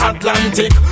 Atlantic